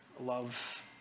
love